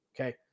Okay